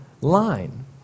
line